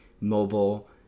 Mobile